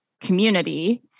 community